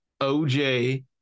OJ